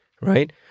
right